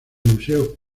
museo